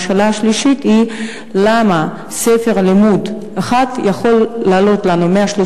3. למה ספר לימוד אחד יכול לעלות לנו 135